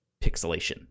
pixelation